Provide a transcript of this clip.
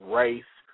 race